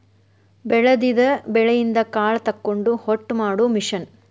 ಬೆಳದಿದ ಬೆಳಿಯಿಂದ ಕಾಳ ತಕ್ಕೊಂಡ ಹೊಟ್ಟ ಮಾಡು ಮಿಷನ್